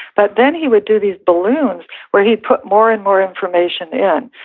but then he would do these balloons where he'd put more and more information in.